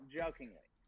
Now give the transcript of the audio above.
jokingly